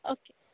okay